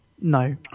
no